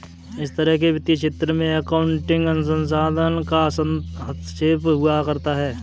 हर तरह के वित्तीय क्षेत्र में अकाउन्टिंग अनुसंधान का हस्तक्षेप हुआ करता है